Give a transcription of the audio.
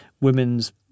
women's